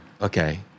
Okay